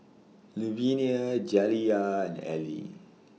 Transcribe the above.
Louvenia Jaliyah and Elie